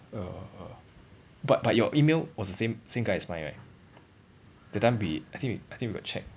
err but but your email was the same same guy as mine right that time we I think I think we got check